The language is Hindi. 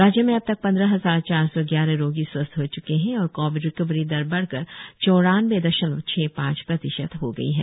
राज्य में अबतक पंद्रह हजार चार सौ ग्यारह रोगी स्वस्थ हो च्के है और कोविड रिकवरी दर बढ़कर चौरानबे दशमलव छह पांच प्रतिशत हो गई है